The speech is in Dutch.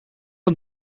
een